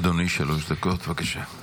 אדוני, שלוש דקות, בבקשה.